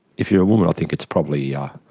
if you're a woman i think it's probably yeah